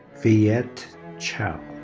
viet chau.